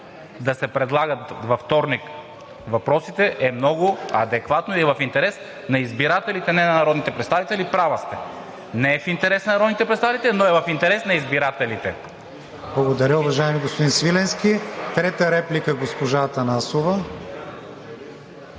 да се предлагат във вторник въпросите, е много адекватно и в интерес на избирателите, а не на народните представители. Права сте – не е в интерес на народните представители, но е в интерес на избирателите. ПРЕДСЕДАТЕЛ КРИСТИАН ВИГЕНИН: Благодаря, уважаеми господин Свиленски. Трета реплика – госпожа Атанасова.